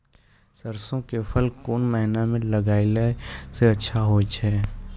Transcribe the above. सरसों के फसल कोन महिना म लगैला सऽ अच्छा होय छै?